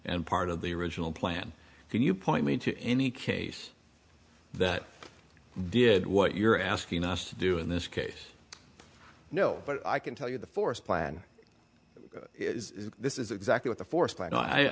and part of the original plan can you point me to any case that did what you're asking us to do in this case no but i can tell you the forest plan is this is exactly what the